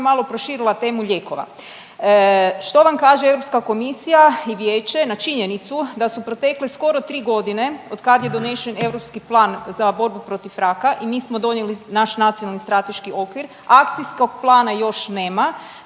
malo proširila temu lijekova. Što vam kaže Europska komisija i vijeće na činjenicu da su protekle skoro 3 godine od kad je donesen Europski plan za borbu protiv raka i mi smo donijeli naš nacionalni strateški okvir, akcijskog plana još nema,